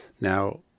Now